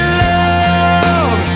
love